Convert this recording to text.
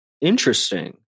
Interesting